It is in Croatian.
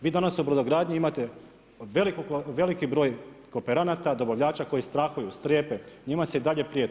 Vi danas u brodogradnji imate veliki broj kooperanata, dobavljača koji strahuju, strepe, njima se i dalje prijeti.